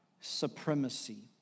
supremacy